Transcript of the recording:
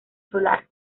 solar